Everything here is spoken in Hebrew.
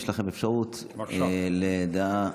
יש לכם אפשרות לדעה --- לא,